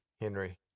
Henry